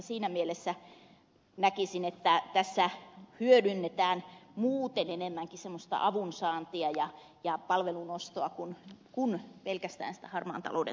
siinä mielessä näkisin että tässä hyödynnetään muuten enemmänkin semmoista avun saantia ja palvelun ostoa kuin pelkästään sitä harmaan talouden torjumista